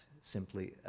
simply